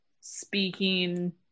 speaking